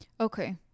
okay